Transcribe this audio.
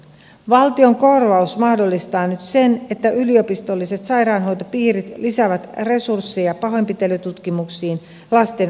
valtion korvaus mahdollistaa nyt sen että yliopistolliset sairaanhoitopiirit lisäävät resursseja pahoinpitelytutkimuksiin lasten oikeuspsykiatrian yksiköissä